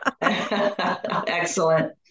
Excellent